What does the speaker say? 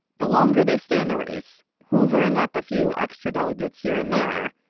the longer they stay in the race, hoovering up a few extra delegates here and there,